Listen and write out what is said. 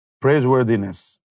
praiseworthiness